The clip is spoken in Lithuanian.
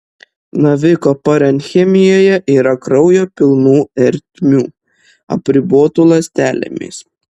naviko parenchimoje yra kraujo pilnų ertmių apribotų ląstelėmis